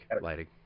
Lighting